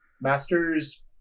masters